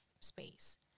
space